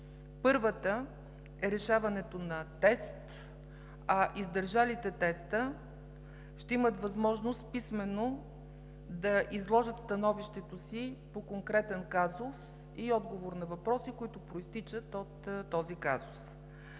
Първата е решаването на тест, а издържалите теста ще имат възможност писмено да изложат становището си по конкретен казус и отговор на въпроси, които произтичат от този казус.